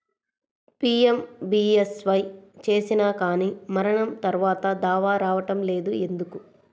PMBSY చేసినా కానీ మరణం తర్వాత దావా రావటం లేదు ఎందుకు?